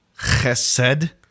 chesed